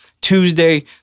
Tuesday